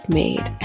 made